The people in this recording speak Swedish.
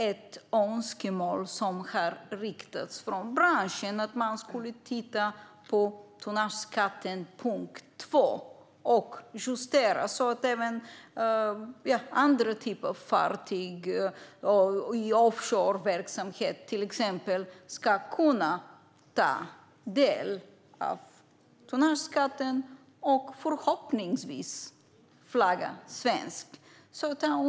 Ett önskemål som har riktats från branschen är att titta på tonnageskatt 2.0, det vill säga justera så att även andra typer av fartyg i till exempel offshoreverksamhet ska kunna ta del av tonnageskatten och förhoppningsvis flagga svenskt.